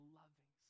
loving